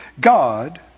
God